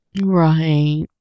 right